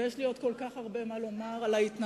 ויש לי עוד כל כך הרבה מה לומר על ההתנהלות.